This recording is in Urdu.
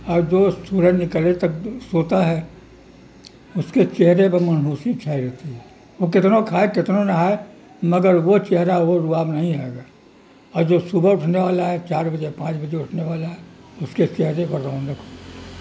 اور جو سورج نکلے تک سوتا ہے اس کے چہرے پر منحوسیت چھائی رہتی ہے وہ کتنا کھائے کتنا نہائے مگر وہ چہرہ وہ رباب نہیں آئے گا اور جو صبح اٹھنے والا ہے چار بجے پانچ بجے اٹھنے والا ہے اس کے چہرے بہ رونق ہو